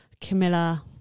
Camilla